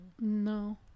No